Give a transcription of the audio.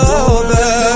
over